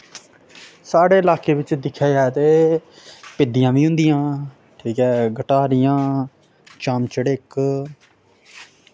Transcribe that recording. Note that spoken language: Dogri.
साढ़े लाके बिच दिक्खेआ जाए ते पिद्दियां बी होंदियां ठीक ऐ गटारियां चामचड़िक